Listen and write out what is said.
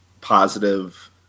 positive